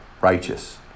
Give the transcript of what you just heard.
righteous